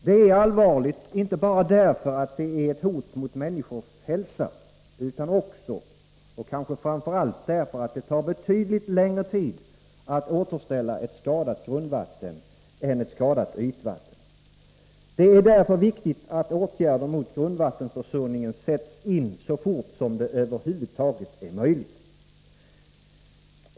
Det är allvarligt, inte bara därför att det är ett hot mot människors hälsa utan också därför att det tar betydligt längre tid att återställa ett skadat grundvatten än ett skadat ytvatten. Det är därför viktigt att åtgärder mot grundvattenförsurningen sätts in så fort som det över huvud taget är möjligt.